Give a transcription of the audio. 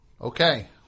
Okay